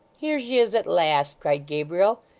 here she is at last cried gabriel.